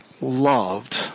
loved